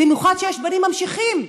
במיוחד שיש בנים ממשיכים.